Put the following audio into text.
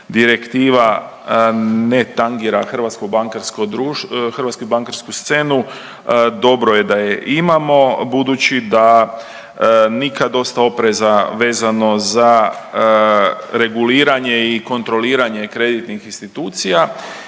direktiva ne tangira Hrvatsku bankarsku scenu, dobro je da je imamo budući da nikad dosta opreza vezano za reguliranje i kontroliranje kreditnih institucija